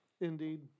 Indeed